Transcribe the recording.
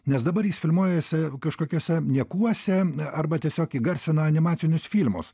nes dabar jis filmuojasi kažkokiose niekuose arba tiesiog įgarsina animacinius filmus